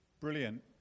Brilliant